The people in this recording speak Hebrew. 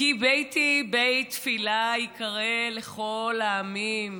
"כי ביתי בית תפִלה יִקרא לכל העמים",